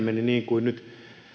meni niin kuin nyt